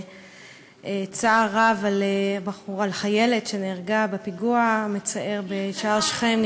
לצער הרב על החיילת שנהרגה בפיגוע המצער בשער שכם.